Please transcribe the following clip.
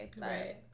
Right